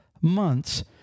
months